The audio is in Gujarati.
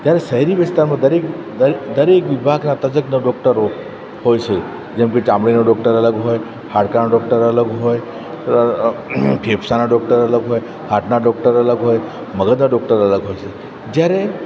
જ્યારે શહેરી વિસ્તારમાં દરેક દરેક દરેક વિભાગના તજજ્ઞ ડોક્ટર હોય છે જેમ કે ચામડીના ડોક્ટર અલગ હોય હાડકાના ડોક્ટર અલગ હોય ફેફસાંના ડોક્ટર અલગ હોય હાર્ટના ડોક્ટર અલગ હોય મગજના ડોક્ટર અલગ હોય છે જ્યારે